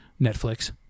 Netflix